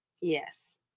Yes